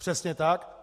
Přesně tak.